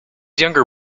younger